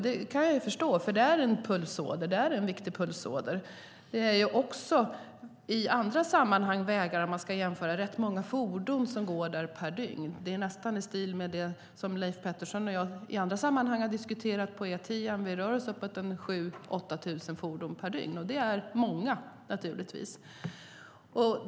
Det kan jag förstå, för det är en viktig pulsåder. Jämför man med andra vägar är det också rätt många fordon som går där per dygn. Det är nästan i stil med E10 som Leif Pettersson och jag har diskuterat i andra sammanhang. Det rör sig om 7 000-8 000 fordon per dygn, och det är många.